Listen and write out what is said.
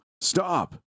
Stop